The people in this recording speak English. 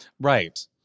Right